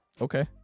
Okay